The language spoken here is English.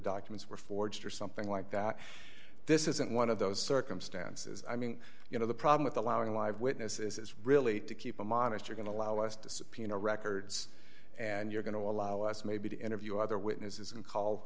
documents were forged or something like that this isn't one of those circumstances i mean you know the problem with allowing a live witness is really to keep them honest you're going to allow us to subpoena records and you're going to allow us maybe to interview other witnesses and call